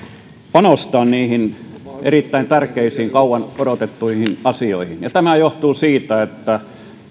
panostaa niihin erittäin tärkeisiin kauan odotettuihin asioihin ja tämä johtuu siitä että